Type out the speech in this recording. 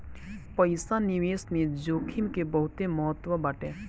पईसा निवेश में जोखिम के बहुते महत्व बाटे